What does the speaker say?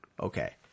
Okay